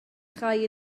chau